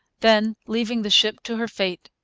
then, leaving the ship to her fate,